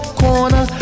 corner